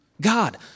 God